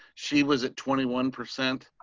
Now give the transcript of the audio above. she was a twenty one percent